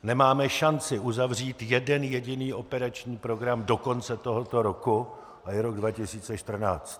Nemáme šanci uzavřít jeden jediný operační program do konce tohoto roku a je rok 2014.